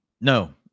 No